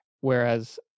whereas